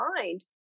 mind